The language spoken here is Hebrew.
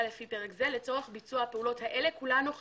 לפי פרק זה לצורך ביצוע פעולות אלה כולן או חלקן,